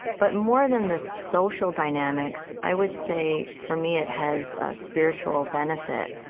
but more than the social dynamics, i would say, for me it has a spiritual benefit.